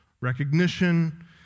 recognition